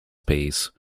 piece